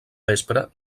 vespre